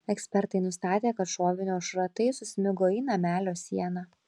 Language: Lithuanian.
ekspertai nustatė kad šovinio šratai susmigo į namelio sieną